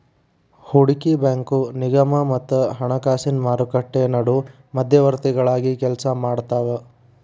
ಹೂಡಕಿ ಬ್ಯಾಂಕು ನಿಗಮ ಮತ್ತ ಹಣಕಾಸಿನ್ ಮಾರುಕಟ್ಟಿ ನಡು ಮಧ್ಯವರ್ತಿಗಳಾಗಿ ಕೆಲ್ಸಾಮಾಡ್ತಾವ